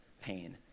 pain